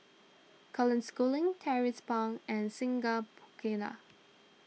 Colin Schooling Tracie Pang and Singai Mukilan